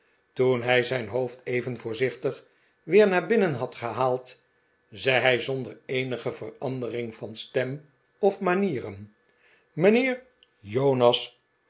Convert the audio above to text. toen hij zijn hoofd even voorzichtig weer naar binnen had gehaald zei hij zonder eenige verandering van stem of manieren mijnheer